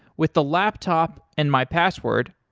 with the laptop and my password,